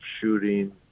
shooting